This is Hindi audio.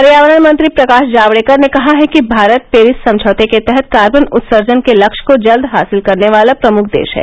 पर्यावरण मंत्री प्रकाश जावड़ेकर ने कहा है कि भारत पेरिस समझौते के तहत कार्बन उत्सर्जन के लक्ष्य को जल्द हासिल करने वाला प्रमुख देश है